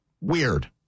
Weird